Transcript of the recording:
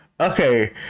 Okay